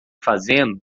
fazendo